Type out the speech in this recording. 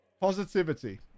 Positivity